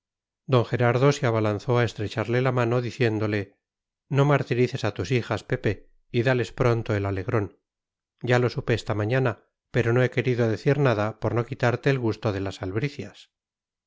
d gerardo se abalanzó a estrecharle la mano diciéndole no martirices a tus hijas pepe y dales pronto el alegrón ya lo supe esta mañana pero no he querido decir nada por no quitarte el gusto de las albricias